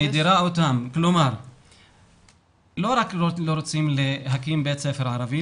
לא רק לא רוצים להקים בית ספר ערבי.